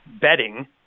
betting